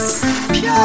Pure